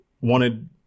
wanted